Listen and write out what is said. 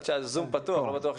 אני עדיין